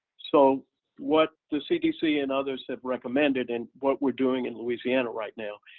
so what the cdc and others have recommended, and what we're doing in louisiana right now,